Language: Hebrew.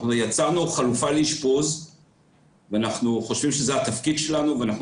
אנחנו יצרנו חלופה לאשפוז ואנחנו חושבים שזה התפקיד שלנו ואנחנו